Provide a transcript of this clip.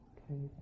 Okay